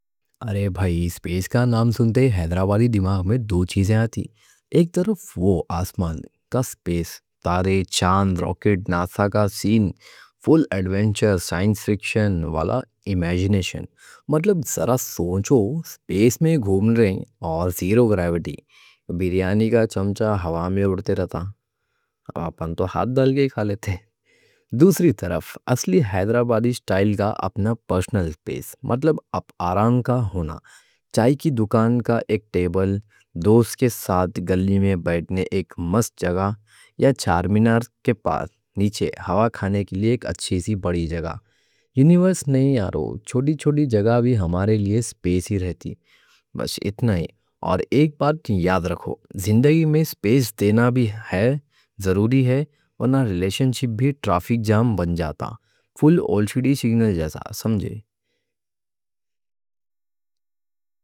ارے بھائی سپیس کا نام سنتے ہی حیدرآبادی دماغ میں دو چیزیں آتی۔ ایک طرف وہ آسمان کا سپیس، تارے، چاند، راکٹ، ناسا کا سین فل ایڈونچر، سائنس فکشن والا امیجینیشن۔ مطلب ذرا سوچو، سپیس میں گھوم رہیں اور زیرو گریویٹی بریانی کا چمچہ ہوا میں اڑتے رہتا۔ ہاں پن تو ہاتھ ڈال کے کھا لیتے۔ دوسری طرف اصلی حیدرآبادی سٹائل کا اپنا پرسنل سپیس، مطلب اپ آرام کا ہونا۔ چائے کی دکان کا ایک ٹیبل، دوست کے ساتھ گلی میں بیٹھنے ایک مست جگہ، یا چارمینار کے پاس نیچے ہوا کھانے کے لیے ایک اچھی سی بڑی جگہ۔ یونیورس نہیں یارو، چھوٹی چھوٹی جگہ بھی ہمارے لیے سپیس ہی رہتی۔ بس اتنا ہی، اور ایک بات یاد رکھو، زندگی میں سپیس دینا بھی ہے ضروری ہے۔ ورنہ ریلیشنشپ بھی ٹریفک جام بن جاتا، فل آن سٹی سگنل جیسا سمجھے۔